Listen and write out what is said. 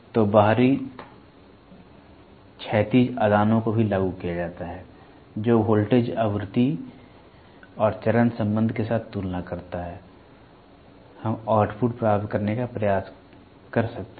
तो बाहरी क्षैतिज आदानों को भी लागू किया जाता है जो वोल्टेज आवृत्ति और चरण संबंध के साथ तुलना करता है हम आउटपुट प्राप्त करने का प्रयास कर सकते हैं